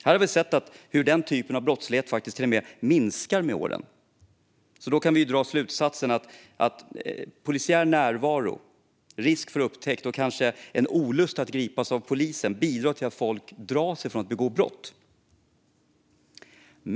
Vi har sett hur den typen av brottslighet faktiskt till och med minskar med åren. Vi kan alltså dra slutsatsen att polisiär närvaro, risk för upptäckt och kanske en olust inför att gripas av polisen bidrar till att folk drar sig för att begå brott.